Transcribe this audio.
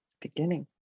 beginning